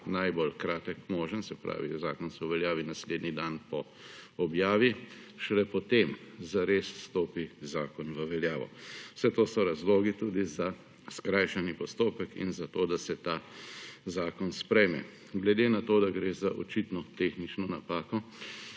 najbolj kratek možen, se pravi, da zakon se uveljavi naslednji dan po objavi. Šele potem zares stopi zakon v veljavo. Vse to so razlogi tudi za skrajšani postopek in zato, da se ta zakon sprejme. Glede na to, da gre za očitno tehnično napako,